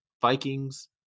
Vikings